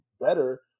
better